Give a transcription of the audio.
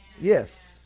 Yes